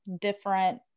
different